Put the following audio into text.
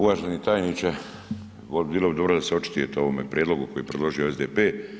Uvaženi tajniče bilo bi dobro da se očitujete o ovome prijedlogu koji je predložio SDP.